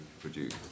produce